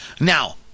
Now